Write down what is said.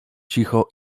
cicho